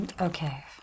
Okay